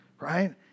Right